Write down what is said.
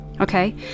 Okay